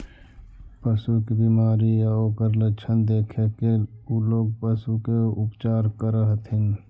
पशु के बीमारी आउ ओकर लक्षण देखके उ लोग पशु के उपचार करऽ हथिन